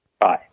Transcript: Bye